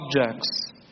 objects